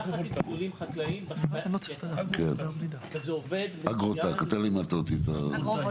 יחד עם אתרים חקלאיים וזה עובד מצוין --- אגרו-וולטאים.